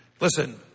Listen